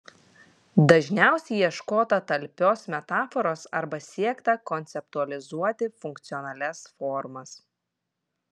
dažniausiai ieškota talpios metaforos arba siekta konceptualizuoti funkcionalias formas